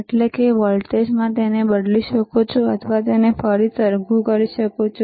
એટલે કે વોલ્ટેજમાં તમે તેને બદલી શકો છો અથવા તેને ફરી સરખુ કરી શકો છો